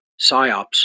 PSYOPs